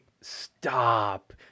Stop